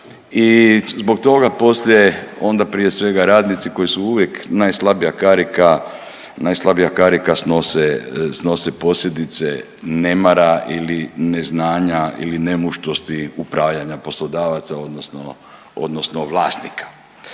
I zbog toga poslije onda prije svega radnici koji su uvijek najslabija karika snose posljedice nemara ili neznanja ili nemušnosti upravljanja poslodavaca odnosno vlasnika.